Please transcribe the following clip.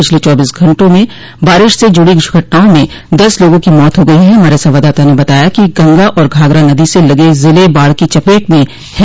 पिछले चौबीस घंटे में बारिश से जुड़ी घटनाओं में दस लोगों की मौत हो गई हैं हमारे संवाददाता ने बताया है कि गंगा और घाघरा नदी से लगे जिले बाढ़ की चपेट में हैं